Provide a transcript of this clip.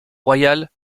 royal